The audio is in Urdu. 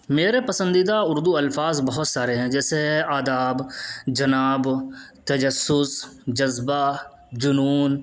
میرے پسندیدہ اردو الفاظ بہت سارے ہیں جیسے آداب جناب تجسس جذبہ جنون